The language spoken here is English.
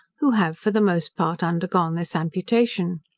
who have for the most part undergone this amputation.